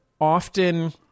often